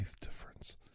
difference